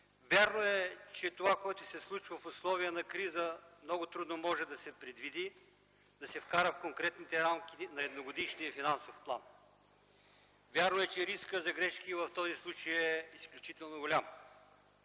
Вярно е, че това, което се случва в условия на криза, много трудно може да се предвиди, да се вкара в конкретните рамки на едногодишния финансов план. Вярно е, че рискът за грешки в този случай е изключително голям.